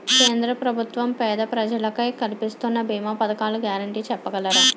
కేంద్ర ప్రభుత్వం పేద ప్రజలకై కలిపిస్తున్న భీమా పథకాల గ్యారంటీ చెప్పగలరా?